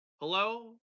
hello